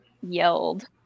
yelled